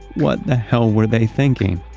what the hell were they thinking?